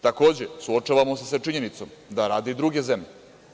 Takođe, suočavamo se sa činjenicom da rade i druge zemlje.